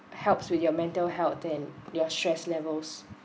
helps with your mental health and their stress levels